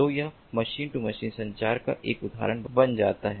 तो यह machine to machine संचार का एक उदाहरण बन जाता है